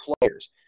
players